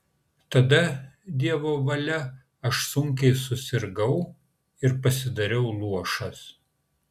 tada dievo valia aš sunkiai susirgau ir pasidariau luošas